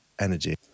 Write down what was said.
energy